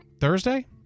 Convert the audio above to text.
Thursday